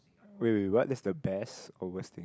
wait wait what is the best or worst thing